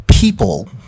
People